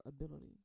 ability